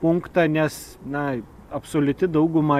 punktą nes na absoliuti dauguma